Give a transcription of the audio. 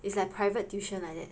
it's like private tuition like that